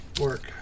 work